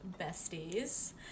besties